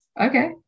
okay